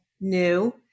new